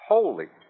Holy